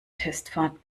testfahrt